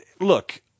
look